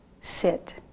sit